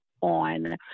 on